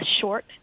short